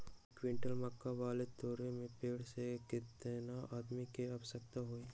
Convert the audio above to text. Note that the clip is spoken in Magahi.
एक क्विंटल मक्का बाल तोरे में पेड़ से केतना आदमी के आवश्कता होई?